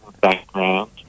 background